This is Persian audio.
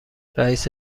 رئیس